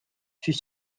fut